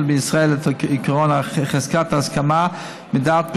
בישראל את עקרון חזקת ההסכמה מדעת,